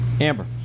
Amber